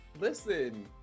Listen